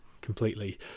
Completely